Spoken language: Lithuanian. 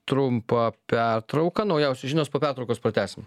trumpą pertrauką naujausios žinios po pertraukos pratęsim